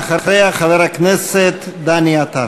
ואחריה, חבר הכנסת דני עטר.